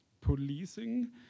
Policing